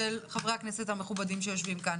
דבר של חברי הכנסת המכובדים שיושבים כאן